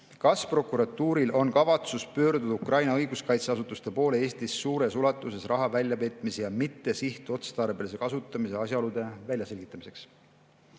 "Kas prokuratuuril on kavatsus pöörduda Ukraina õiguskaitseasutuste poole Eestis suures ulatuses raha väljapetmise ja mittesihtotstarbelise kasutamise asjaolude väljaselgitamiseks?"